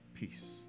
peace